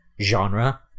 genre